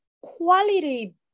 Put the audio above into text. quality